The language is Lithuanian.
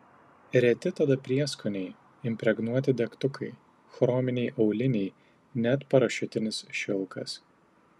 reti tada prieskoniai impregnuoti degtukai chrominiai auliniai net parašiutinis šilkas